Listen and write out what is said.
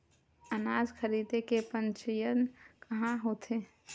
अनाज खरीदे के पंजीयन कहां होथे?